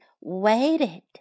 waited